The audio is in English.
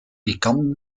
become